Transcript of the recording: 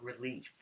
relief